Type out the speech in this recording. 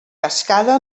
cascada